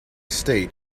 state